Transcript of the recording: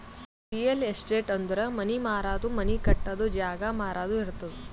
real estate ಅಂದುರ್ ಮನಿ ಮಾರದು, ಮನಿ ಕಟ್ಟದು, ಜಾಗ ಮಾರಾದು ಇರ್ತುದ್